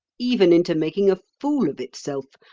even into making a fool of itself,